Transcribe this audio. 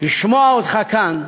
לשמוע אותך כאן.